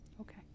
Okay